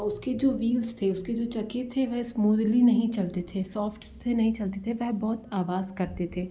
उसके जो व्हील्स थे उसके जो चक्के थे वे इस्मूदली नहीं चलते थे सॉफ्ट से नहीं चलते थे वे बहुत आवाज़ करते थे